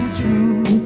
true